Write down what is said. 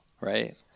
right